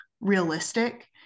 realistic